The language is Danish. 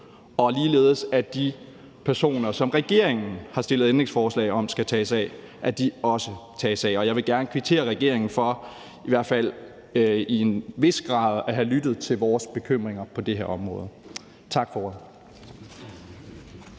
og ligeledes, at de personer, som regeringen har stillet ændringsforslag om skal tages af, også tages af. Og jeg vil gerne kvittere for, at regeringen i hvert fald til en vis grad har lyttet til vores bekymringer på det her område. Tak for ordet.